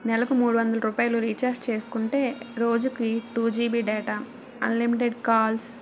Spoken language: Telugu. నెలకు మూడు వందల రూపాయలు రీచార్జ్ చేసుకుంటే రోజుకి two GB data unlimited calls